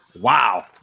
wow